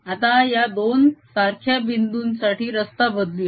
आता या दोन सारख्या बिन्दुंसाठी रस्ता बदलूया